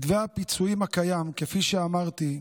מתווה הפיצויים הקיים, כפי שאמרתי,